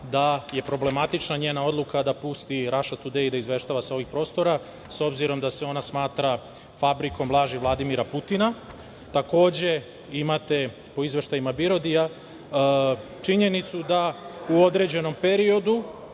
da je problematična njena odluka da pusti „Raša Tudej“ da izveštava sa ovih prostora, s obzirom da se ona smatra fabrikom laži Vladimira Putina. Takođe, imate po izveštajima BIRODI-ja činjenicu da u određenom periodu